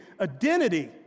identity